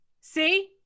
See